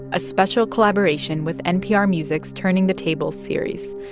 a special collaboration with npr music's turning the tables series,